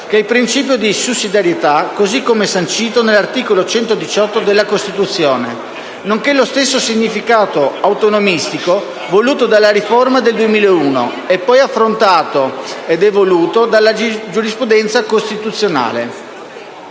che è il principio di sussidiarietà, così come sancito nell'articolo 118 della Costituzione, nonché lo stesso significato autonomistico voluto dalla riforma del 2001, che si è poi evoluto alla luce della giurisprudenza costituzionale.